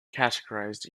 categorised